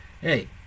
hey